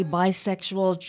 bisexual